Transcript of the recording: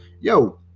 yo